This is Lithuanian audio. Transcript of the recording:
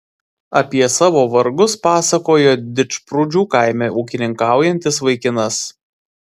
apie savo vargus pasakojo didžprūdžių kaime ūkininkaujantis vaikinas